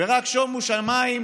ושומו שמיים,